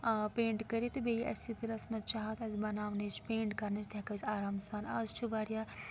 paint کٔرِتھ تہٕ بیٚیہِ اَسہِ یہِ دِلس منٛز چاہَتھ اَسہِ بَناونٕچ پینٛٹ کَرنٕچ تہِ ہٮ۪کو أسۍ آرام سان آز چھِ واریاہ